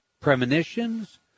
premonitions